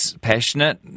passionate